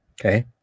Okay